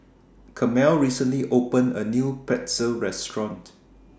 Carmel recently opened A New Pretzel Restaurant